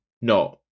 No